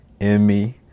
Emmy